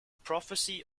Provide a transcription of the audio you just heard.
prophecy